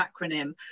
acronym